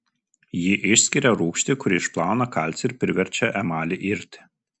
ji išskiria rūgštį kuri išplauna kalcį ir priverčia emalį irti